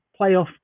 playoff